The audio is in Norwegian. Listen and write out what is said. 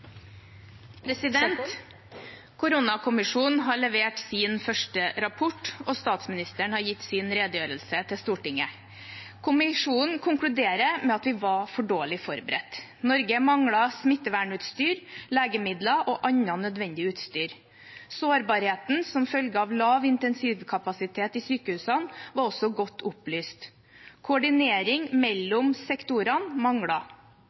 Stortinget. Kommisjonen konkluderer med at vi var for dårlig forberedt. Norge manglet smittvernutstyr, legemidler og annet nødvendig utstyr. Sårbarheten som følge av lav intensivkapasitet i sykehusene var også godt opplyst. Koordinering